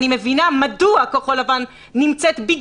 אני מבינה מדוע כחול לבן נמצאת בממשלה.